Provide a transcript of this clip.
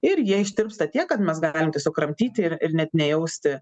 ir jie ištirpsta tiek kad mes galim tiesiog kramtyti ir ir net nejausti